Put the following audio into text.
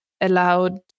allowed